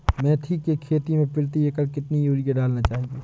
मेथी के खेती में प्रति एकड़ कितनी यूरिया डालना चाहिए?